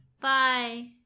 bye